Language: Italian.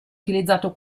utilizzato